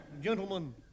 Gentlemen